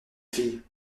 fille